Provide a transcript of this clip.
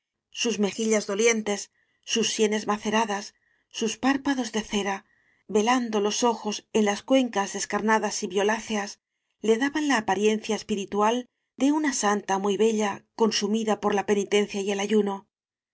sus mejillas do lientes sus sienes maceradas sus párpados de cera velando los ojos en las cuencas des carnadas y violáceas le daban la apariencia espiritual de una santa muy bella consumi da por la penitencia y el ayuno